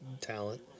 talent